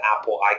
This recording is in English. Apple